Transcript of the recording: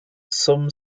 some